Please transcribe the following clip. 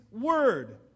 Word